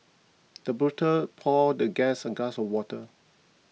the butler poured the guest a glass of water